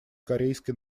корейской